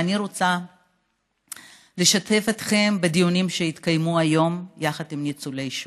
ואני רוצה לשתף אתכם בדיונים שהתקיימו היום יחד עם ניצולי השואה.